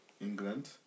England